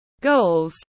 goals